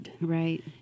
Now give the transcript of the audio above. right